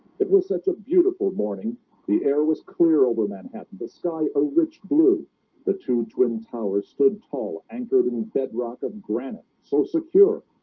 it was such a beautiful morning the air was clear over manhattan the sky a rich blue the two twin towers stood tall anchored in bedrock of granite so secure,